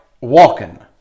walking